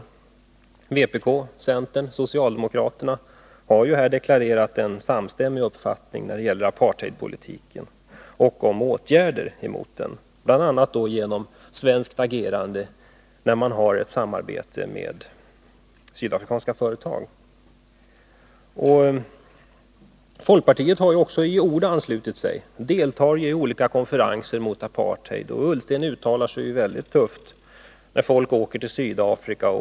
Vänsterpartiet kommunisterna, centern och socialdemokraterna har ju deklarerat en samstämmig uppfattning när det gäller apartheidpolitiken och åtgärder mot denna — bl.a. i form av svenskt agerande när samarbete förekommer med sydafrikanska företag. Folkpartiet har också i ord anslutit sig härtill och deltar i olika konferenser mot apartheid. Ola Ullsten uttalar sig också väldigt tufft när folk åker till Sydafrika.